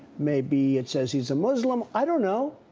maybe it says he's a muslim, i don't know,